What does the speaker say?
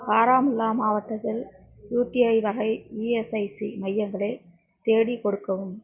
பாராமுல்லா மாவட்டத்தில் யுடிஐ வகை இஎஸ்ஐசி மையங்களை தேடிக் கொடுக்கவும்